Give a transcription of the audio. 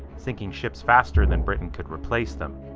sinking ships faster than britain could replace them.